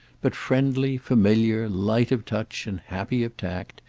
but, friendly, familiar, light of touch and happy of tact,